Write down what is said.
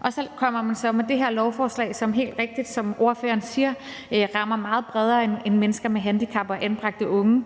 Og så kommer man så med det her lovforslag, som helt rigtigt, som ordføreren siger, rammer meget bredere end mennesker med handicap og anbragte unge.